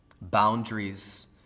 boundaries